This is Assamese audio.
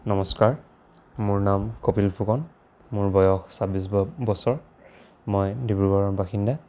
নমস্কাৰ মোৰ নাম কপিল ফুকন মোৰ বয়স ছাব্বিছ বছৰ মই ডিব্ৰুগড়ৰ বাসিন্দা